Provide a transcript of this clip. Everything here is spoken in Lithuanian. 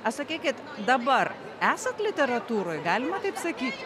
a sakykit dabar esat literatūroj galima taip sakyt